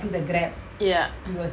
ya